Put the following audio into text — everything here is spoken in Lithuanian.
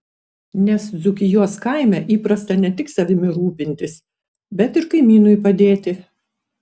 nes dzūkijos kaime įprasta ne tik savimi rūpintis bet ir kaimynui padėti